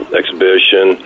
exhibition